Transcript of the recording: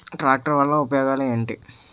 Tractor వల్ల ఉపయోగాలు ఏంటీ?